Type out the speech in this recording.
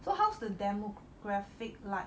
so how's the demographic like